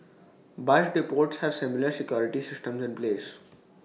bus depots have similar security systems in place